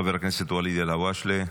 חבר הכנסת ואליד אלהואשלה,